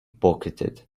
pocketed